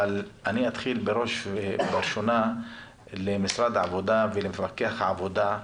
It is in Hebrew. אבל אני אתחיל בראש ובראשונה במשרד העבודה ולמפקח העבודה,